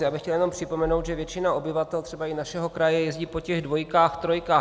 Já bych chtěl jenom připomenout, že většina obyvatel, třeba i našeho kraje, jezdí po těch dvojkách, trojkách.